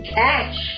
catch